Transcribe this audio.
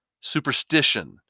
superstition